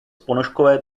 ponožkové